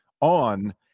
on